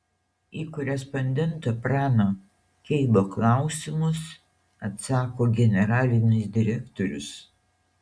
į korespondento prano keibo klausimus atsako generalinis direktorius